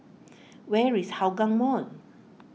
where is Hougang Mall